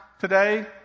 today